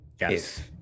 yes